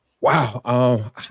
Wow